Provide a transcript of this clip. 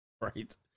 right